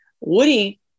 woody